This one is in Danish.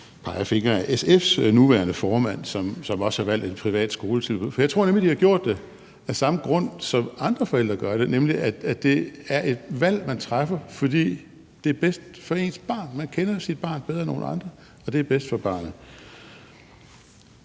peger fingre ad SF's nuværende formand, som også har valgt et privat skoletilbud, for jeg tror nemlig, at de har gjort det af samme grund, som andre forældre har, nemlig at det er et valg, man træffer, fordi det er bedst for ens barn. Man kender sit barn bedre, end nogen andre gør, og vælger det, der er bedst for barnet.